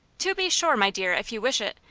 to be sure, my dear, if you wish it,